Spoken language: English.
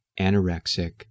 anorexic